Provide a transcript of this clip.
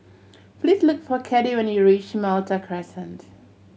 please look for Kathy when you reach Malta Crescent